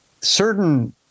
certain